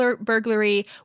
burglary